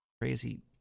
crazy